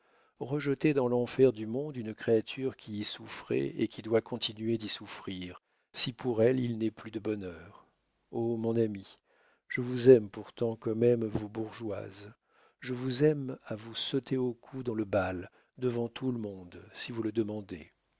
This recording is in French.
rejetez dans l'enfer du monde une créature qui y souffrait et qui doit continuer d'y souffrir si pour elle il n'est plus de bonheur oh mon ami je vous aime pourtant comme aiment vos bourgeoises je vous aime à vous sauter au cou dans le bal devant tout le monde si vous le demandiez